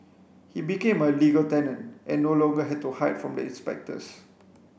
he became a legal tenant and no longer had to hide from the inspectors